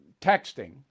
texting